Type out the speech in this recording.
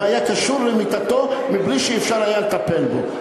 והיה קשור למיטתו בלי שהיה אפשר לטפל בו,